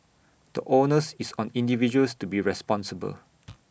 the onus is on individuals to be responsible